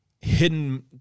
hidden